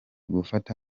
gufata